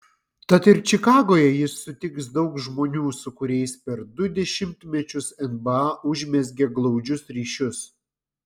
tad ir čikagoje jis sutiks daug žmonių su kuriais per du dešimtmečius nba užmezgė glaudžius ryšius